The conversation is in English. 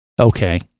Okay